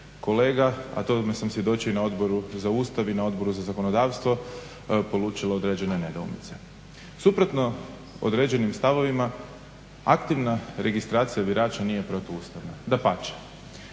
kolega, a tome sam svjedočio i na Odboru za Ustav i na Odboru za zakonodavstvo polučilo određene nedoumice. Suprotno određenim stavovima, aktivna registracija birača nije protuustavna, dapače